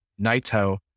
Naito